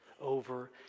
over